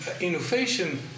innovation